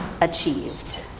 achieved